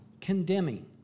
condemning